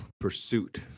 pursuit